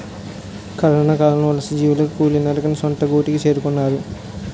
కరొనకాలంలో వలసజీవులు కాలినడకన సొంత గూటికి చేరుకున్నారు